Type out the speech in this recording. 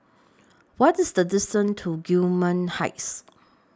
What IS The distance to Gillman Heights